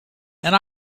and